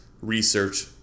research